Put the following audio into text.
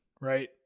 right